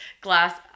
glass